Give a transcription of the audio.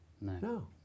No